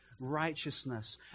righteousness